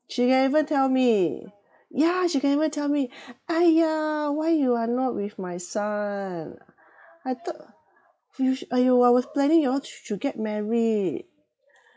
she can even tell me ya she can even tell me !aiya! why you are not with my son I thought you sh~ !aiyo! I was planning you all should get married